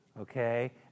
Okay